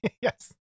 Yes